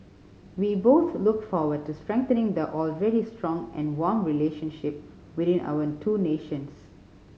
we both look forward to strengthening the already strong and warm relationship between our two nations